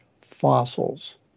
fossils